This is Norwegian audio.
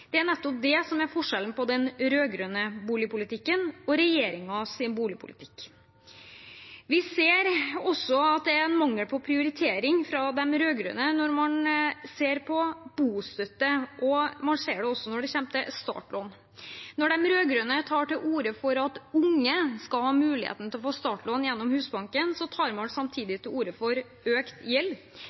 Det er nettopp det som er forskjellen på den rød-grønne boligpolitikken og regjeringens boligpolitikk. Vi ser også at det er en mangel på prioritering fra de rød-grønne når man ser på bostøtte, og man ser det også når det kommer til startlån. Når de rød-grønne tar til orde for at unge skal ha muligheten for å få startlån gjennom Husbanken, tar man samtidig til orde for økt gjeld,